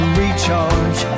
recharge